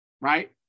right